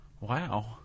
Wow